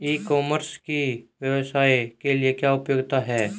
ई commerce की व्यवसाय के लिए क्या उपयोगिता है?